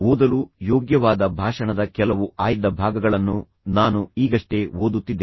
ಓದಲು ಯೋಗ್ಯವಾದ ಭಾಷಣದ ಕೆಲವು ಆಯ್ದ ಭಾಗಗಳನ್ನು ನಾನು ಈಗಷ್ಟೇ ಓದುತ್ತಿದ್ದೇನೆ